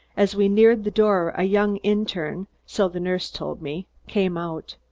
as we neared the door a young interne, so the nurse told me, came out.